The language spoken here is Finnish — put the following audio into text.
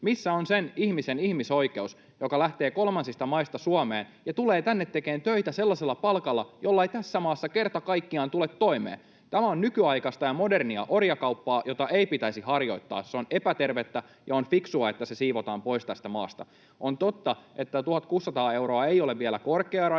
missä on sen ihmisen ihmisoikeus, joka lähtee kolmansista maista Suomeen ja tulee tänne tekemään töitä sellaisella palkalla, jolla ei tässä maassa kerta kaikkiaan tule toimeen? Tämä on nykyaikaista ja modernia orjakauppaa, jota ei pitäisi harjoittaa. Se on epätervettä, ja on fiksua, että se siivotaan pois tästä maasta. On totta, että 1 600 euroa ei ole vielä korkea raja,